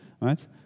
right